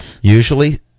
Usually